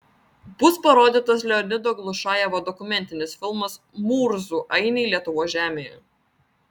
bus parodytas leonido glušajevo dokumentinis filmas murzų ainiai lietuvos žemėje